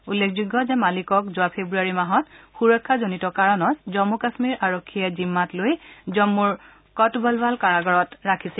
উল্লেখযোগ্য যে মালিকক যোৱা ফেব্ৰুৱাৰী মাহত সুৰক্ষাজনিত কাৰণত জম্মূ কাশ্মীৰ আৰক্ষীয়ে জিম্মাত লৈ জম্মুৰ কট বলৱাল কাৰাগাৰত ৰাখিছিল